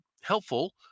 helpful